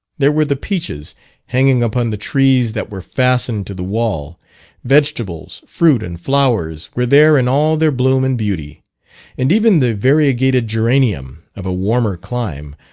there were the peaches hanging upon the trees that were fastened to the wall vegetables, fruit, and flowers were there in all their bloom and beauty and even the variegated geranium of a warmer clime,